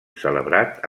celebrat